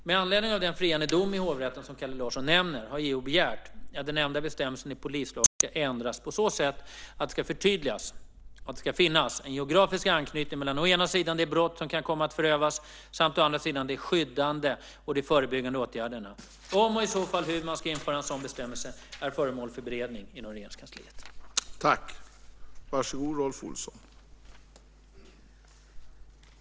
Med anledning av den friande dom i hovrätten som Kalle Larsson nämner har JO begärt att den nämnda bestämmelsen i polislagen ska ändras på så sätt att det ska förtydligas att det ska finnas en geografisk anknytning mellan å ena sidan det brott som kan komma att förövas samt å andra sidan de skyddande och förebyggande åtgärderna. Om och i så fall hur man ska införa en sådan bestämmelse är föremål för beredning inom Regeringskansliet. Då Kalle Larsson, som framställt interpellationen, anmält att han var förhindrad att närvara vid sammanträdet medgav talmannen att Rolf Olsson i stället fick delta i överläggningen.